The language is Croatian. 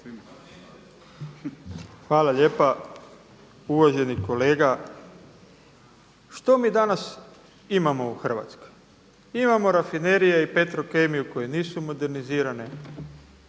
Hvala lijepa. Uvaženi kolega, što mi danas imamo u Hrvatskoj? Imamo rafinerije i Petrokemiju koje nisu modernizirane.